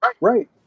Right